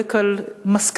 חולק על מסקנותי,